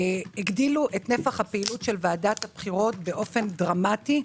הגדילו את נפח הפעילות של ועדת הבחירות באופן דרמטי.